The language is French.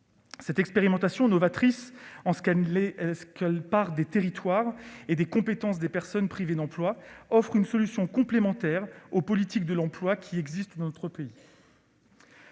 Cette expérimentation, novatrice en ce qu'elle part des territoires et des compétences des personnes privées d'emploi, offre une solution complémentaire des politiques de l'emploi qui existent dans notre pays.